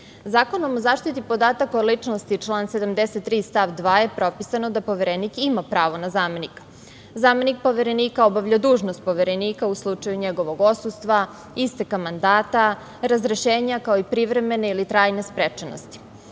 koga. Zakonom o zaštiti podataka o ličnosti, član 73. stav 2. je propisano da Poverenik ima pravo na zamenika. Zamenik Poverenika obavlja dužnost Poverenika u slučaju njegovog odsustva, isteka mandata, razrešenja, kao i privremene ili trajne sprečenosti. Poverenik